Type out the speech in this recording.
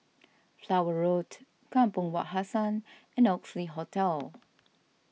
Flower Road Kampong Wak Hassan and Oxley Hotel